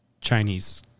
Chinese